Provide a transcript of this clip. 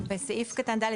בסעיף קטן (ד),